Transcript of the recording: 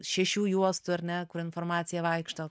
šešių juostų ar ne kur informacija vaikšto